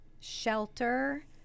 shelter